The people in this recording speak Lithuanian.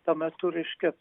tuo metu reiškia